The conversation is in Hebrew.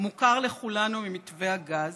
המוכר לכולנו ממתווה הגז,